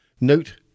Note